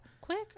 quick